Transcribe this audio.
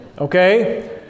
okay